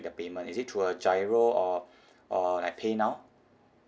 their payment is it through a GIRO or or like paynow